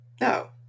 No